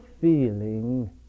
feeling